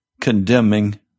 condemning